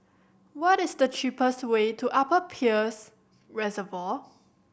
what is the cheapest way to Upper Peirce Reservoir